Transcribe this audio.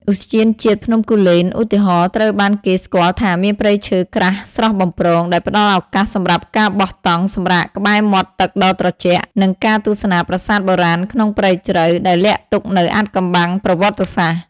ឧទ្យានជាតិភ្នំគូលែន ឧទាហរណ៍ ត្រូវបានគេស្គាល់ថាមានព្រៃឈើក្រាស់ស្រស់បំព្រង ដែលផ្តល់ឱកាសសម្រាប់ការបោះតង់សម្រាកក្បែរមាត់ទឹកដ៏ត្រជាក់ និងការទស្សនាប្រាសាទបុរាណក្នុងព្រៃជ្រៅ ដែលលាក់ទុកនូវអាថ៌កំបាំងប្រវត្តិសាស្ត្រ។